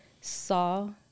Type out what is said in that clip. saw